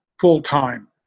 full-time